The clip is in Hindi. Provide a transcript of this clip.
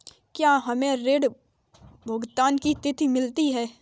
क्या हमें ऋण भुगतान की तिथि मिलती है?